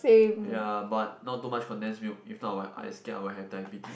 ya but not too much condensed milk if not I'll I scared I'll have diabetes